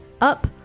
up